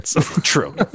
True